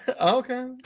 Okay